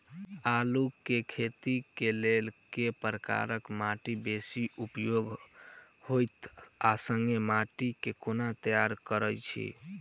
आलु केँ खेती केँ लेल केँ प्रकार केँ माटि बेसी उपयुक्त होइत आ संगे माटि केँ कोना तैयार करऽ छी?